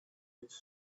its